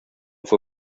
fue